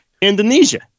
Indonesia